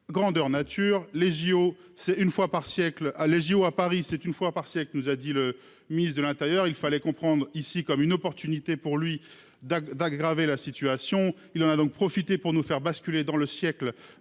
siècle, ah les JO à Paris, c'est une fois par siècle nous a dit le ministre de l'Intérieur, il fallait comprendre ici comme une opportunité pour lui d'd'aggraver la situation. Il en a donc profité pour nous faire basculer dans le siècle